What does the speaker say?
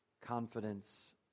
confidence